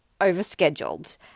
overscheduled